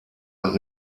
und